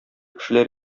кешеләр